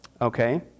okay